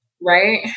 right